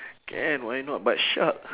can why not but shark